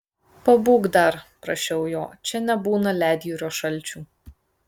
pabūk dar prašiau jo čia nebūna ledjūrio šalčių